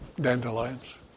dandelions